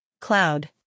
cloud